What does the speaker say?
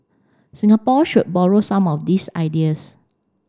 Singapore should borrow some of these ideas